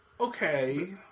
okay